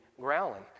growling